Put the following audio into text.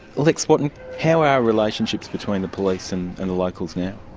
lex wotton, how are relationships between the police and and the locals now?